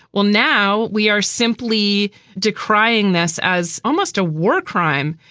well now we are simply decrying this as almost a war crime.